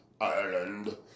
Ireland